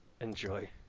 Enjoy